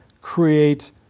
create